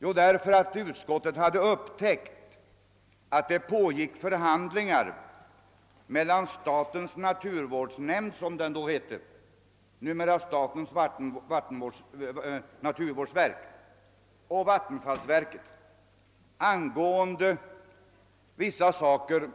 Jo, utskottet hade upptäckt att förhandlingar pågick mellan statens naturvårdsnämnd — som den då hette, numera statens naturvårdsverk — och vattenfallsverket angående vissa frågor